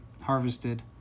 harvested